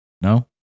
No